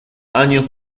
años